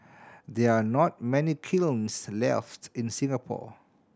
there are not many kilns left in Singapore